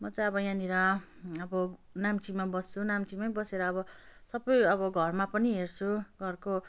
म चाहिँ अब यहाँनिर अब नाम्चीमा बस्छु नाम्चीमै बसेर अब सबै अब घरमा पनि हेर्छु घरको